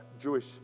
Jewish